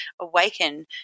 Awaken